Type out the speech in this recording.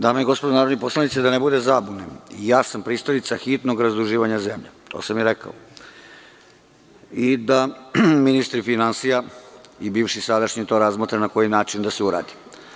Dame i gospodo narodni poslanici, da ne bude zabune, i ja sam pristalica hitnog razduživanja zemlje, to sam i rekao, i da ministri finansija i bivši i sadašnji to razmotre na koji način da se uradi.